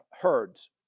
herds